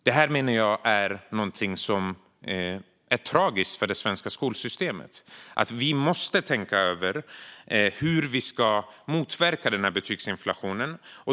Jag menar att detta är tragiskt för det svenska skolsystemet. Vi måste tänka över hur vi ska motverka betygsinflationen.